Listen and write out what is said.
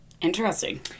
Interesting